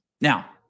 Now